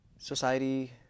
society